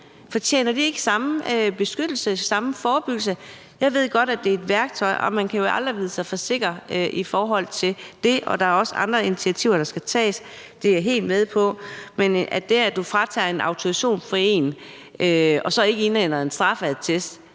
Fortjener de ikke samme beskyttelse, og at der er den samme forebyggelse? Jeg ved godt, at det er et værktøj, at man jo aldrig kan vide sig for sikker i forhold til det, og at der også er andre initiativer, der skal tages, det er jeg helt med på, men hvis man fratager en en autorisation og så ikke indhenter en straffeattest,